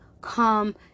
come